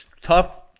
tough